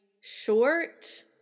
short